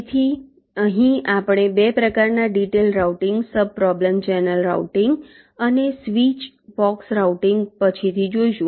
તેથી અહીં આપણે 2 પ્રકારના detailed routing sub problem channel routing અને સ્વીચ બોક્સ રાઉટીંગ પછીથી જોઈશું